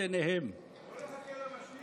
אלו כוחות ה-deep state,